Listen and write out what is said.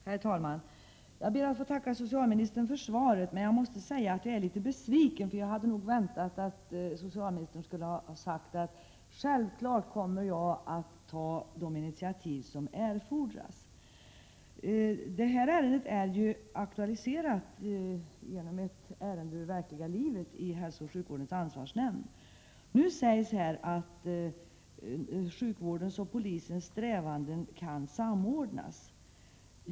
Herr talman! Jag ber att få tacka socialministern för svaret, men jag måste säga att jag är litet besviken. Jag hade väntat att socialministern skulle ha sagt: Självfallet kommer jag att ta de initiativ som erfordras. Frågan har aktualiserats genom ett ärende från verkliga livet, nämligen i hälsooch sjukvårdens ansvarsnämnd. Statsrådet säger att sjukvårdens och polisens strävanden kan samordnas.